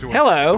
Hello